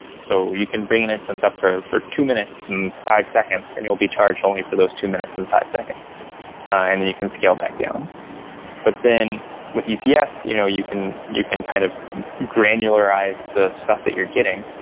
so you can bring an instance up for for two minutes and five seconds and you'll be charged only for those two minutes and five seconds and and you can scale back down but then with ecs, you know you can you can kind of granularize the stuff that you're getting.